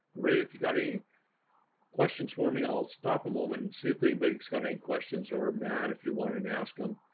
ray if you got any questions for me. i'll stop a moment and see if anybody's but got any questions or matt, if you wanted to ask them.